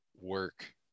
work